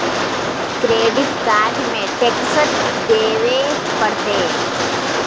Credit card में टेक्सो देवे परते?